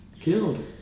Killed